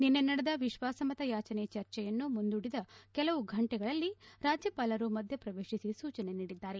ನಿನ್ನೆ ನಡೆದ ವಿಶ್ವಾಸಮತ ಯಾಚನೆ ಚರ್ಚೆಯನ್ನು ಮುಂದೂಡಿದ ಕೆಲವು ಗಂಟೆಗಳಲ್ಲಿ ರಾಜ್ಯಪಾಲರು ಮಧ್ಯ ಪ್ರವೇಶಿಸಿ ಸೂಚನೆ ನೀಡಿದ್ದಾರೆ